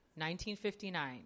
1959